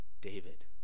David